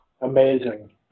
amazing